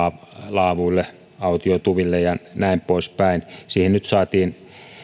laavuille autiotuville ja näin poispäin siihen saatiin nyt